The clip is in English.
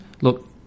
Look